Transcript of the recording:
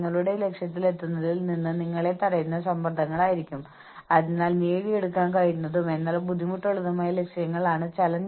ന്യായമായ മാർഗത്തിലൂടെയെങ്കിൽ അത് സ്ഥാപനത്തെ സഹായിക്കുന്നു എന്നാൽ മത്സരം അന്യായമാകുമ്പോൾ അത് അനാരോഗ്യകരമാകുമ്പോൾ അത് സ്ഥാപനത്തിന് ഒരു പ്രശ്നമായി മാറുന്നു